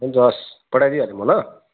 हुन्छ हस् पठाइदिहालेँ म ल